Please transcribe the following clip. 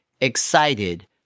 excited